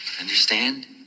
Understand